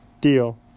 deal